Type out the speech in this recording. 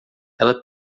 ela